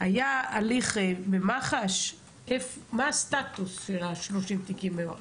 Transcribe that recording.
היה הליך במח"ש, מה הסטטוס של ה-30 תיקים במח"ש?